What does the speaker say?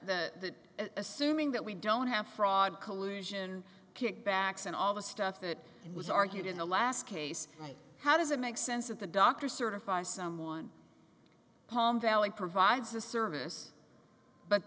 the assuming that we don't have fraud collusion kickbacks and all the stuff that was argued in the last case how does it make sense that the doctor certify someone home valley provides a service but